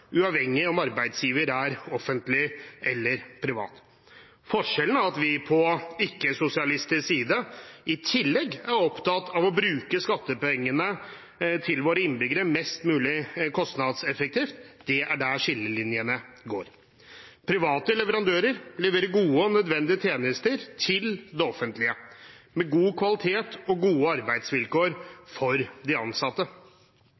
uavhengig av om arbeidsgiver er offentlig eller privat. Forskjellen er at vi på ikke-sosialistisk side i tillegg er opptatt av å bruke skattepengene til våre innbyggere mest mulig kostnadseffektivt. Det er der skillelinjene går. Private leverandører leverer gode og nødvendige tjenester til det offentlige, med god kvalitet og gode